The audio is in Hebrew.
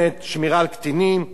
ואני אומר לך, אדוני השר,